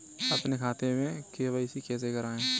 अपने खाते में के.वाई.सी कैसे कराएँ?